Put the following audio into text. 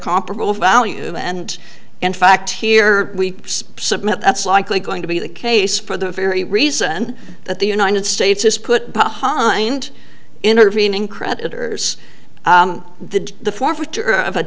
comparable value and in fact here we submit that's likely going to be the case for the very reason that the united states has put behind intervening creditors the